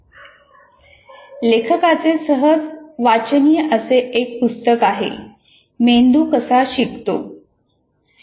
Sousa या लेखकाचे सहज वाचनीय असे एक पुस्तक आहे "मेंदू कसा शिकतो